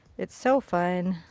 it's so fun.